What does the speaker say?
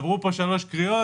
הם עברו פה שלוש קריאות,